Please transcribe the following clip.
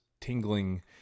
tingling